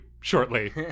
shortly